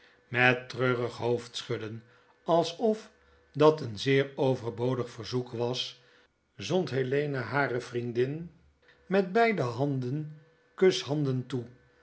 met treurig hoofdschudden alsof dat een zeer overbodig verzoek was zond helena hare vriendin met beide handen kushanden toe